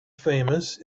famous